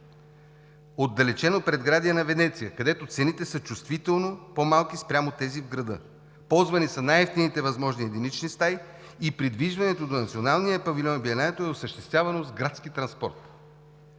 отдалечено предградие на Венеция, където цените са чувствително по-ниски спрямо тези в града. Ползвани са възможно най-евтините единични стаи и придвижването до националния павилион на Биеналето е осъществявано с градски транспорт.